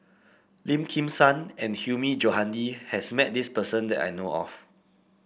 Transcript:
Lim Kim San and Hilmi Johandi has met this person that I know of